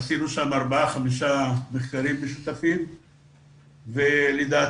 עשינו שם ארבעה-חמישה מחקרים משותפים ולדעתי